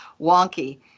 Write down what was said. wonky